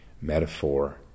metaphor